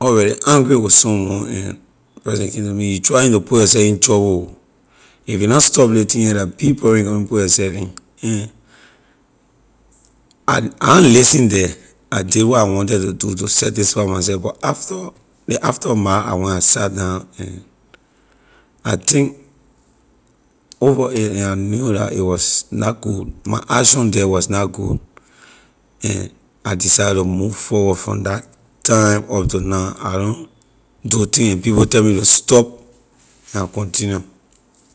already angry with someone and ley person came to me you trying to put yourself in trouble ho if you na stop ley thing here la big problem you coming put yourself in and I i na listen the I did what I wanted to do to satisfy myself but after ley aftermath I went I sit down and I think over it and I knew la it was not good my action the was not good I decided to move forward but from that time up to now I don’t do thing and people tell me to stop then I continue